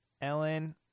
Ellen